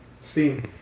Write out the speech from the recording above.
Steam